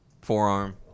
Forearm